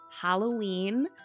Halloween